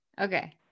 Okay